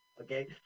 Okay